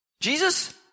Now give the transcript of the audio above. Jesus